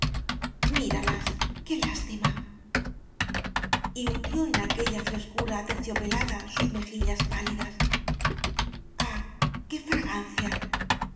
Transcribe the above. míralas qué lástima hundió en aquella frescura aterciopela da sus mejillas pálidas ah qué fragancia